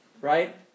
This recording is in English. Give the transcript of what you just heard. right